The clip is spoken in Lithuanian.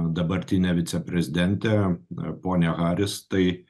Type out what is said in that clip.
dabartinė viceprezidentė ponia haris tai